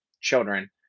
children